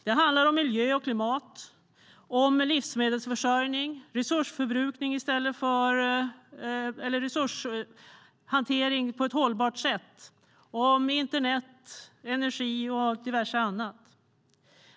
Det handlar om miljö och klimat, om livsmedelsförsörjning, om resurshantering på ett hållbart sätt, om internet, om energi och om diverse annat.